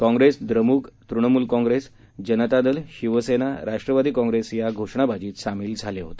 काँग्रेस द्रमुक त्रीणामूल काँग्रेस जनता दल शिवसेना राष्टवादी काँग्रेस या घोषणाबाजीत सामील झाले होते